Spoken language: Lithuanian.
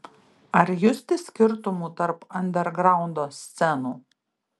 ar justi skirtumų tarp andergraundo scenų